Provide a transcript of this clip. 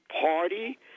party